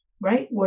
right